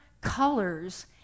colors